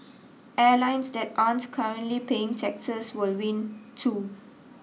airlines that aren't currently paying taxes will win too